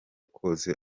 kose